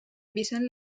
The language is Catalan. vicent